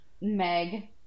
Meg